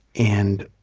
and